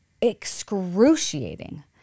excruciating